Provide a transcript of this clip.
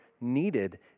needed